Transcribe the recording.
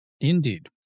Indeed